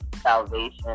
Salvation